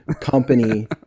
company